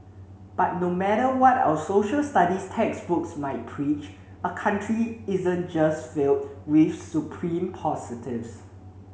but no matter what our Social Studies textbooks might preach a country isn't just filled with supreme positives